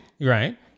Right